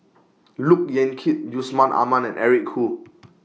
Look Yan Kit Yusman Aman and Eric Khoo